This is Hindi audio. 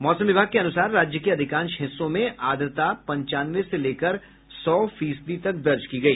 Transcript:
मौसम विभाग के अनुसार राज्य के अधिकांश हिस्सों मे आर्द्रता पंचानवे से लेकर सौ फीसदी तक दर्ज की गई